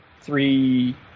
three